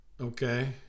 okay